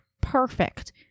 perfect